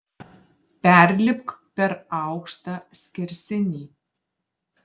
perlipk per aukštą skersinį